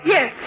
Yes